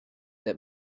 that